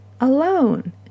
alone